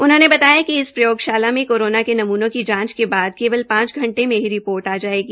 उन्होंने बताया कि इस प्रयोगशाला में कोरोना के नम्नों की जांच के बाद केवल पांच घंटे मे ही रिपोर्ट आ जायेगी